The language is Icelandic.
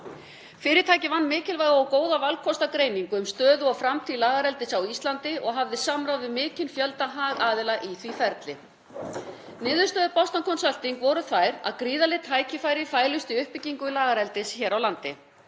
Fyrirtækið vann mikilvæga og góða valkostagreiningu um stöðu og framtíð lagareldis á Íslandi og hafði samráð við mikinn fjölda hagaðila í því ferli. Niðurstöður Boston Consulting voru þær að gríðarleg tækifæri fælust í uppbyggingu lagareldis hér á landi.